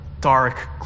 dark